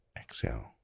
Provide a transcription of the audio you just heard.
exhale